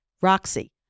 roxy